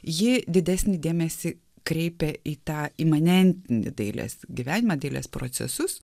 ji didesnį dėmesį kreipia į tą imanentinį dailės gyvenimą dailės procesus